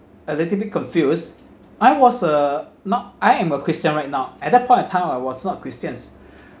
a little bit confuse I was uh not I am a christian right now at that point of time I was not christian